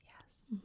Yes